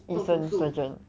医生 surgeon